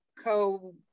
co